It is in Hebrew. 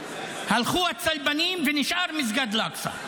הלכו הצלבנים ונשאר מסגד אל אקצה,